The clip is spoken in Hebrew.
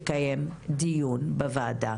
לקיים דיון בנושא בוועדה,